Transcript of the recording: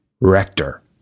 rector